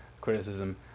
criticism